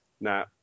Now